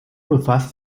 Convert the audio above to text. befasst